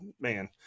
man